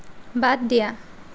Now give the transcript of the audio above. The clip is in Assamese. বাদ দিয়া